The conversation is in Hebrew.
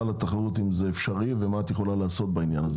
על התחרות אם זה אפשרי ומה את יכולה לעשות בעניין.